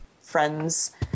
friend's